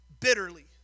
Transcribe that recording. bitterly